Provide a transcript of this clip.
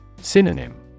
Synonym